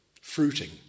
fruiting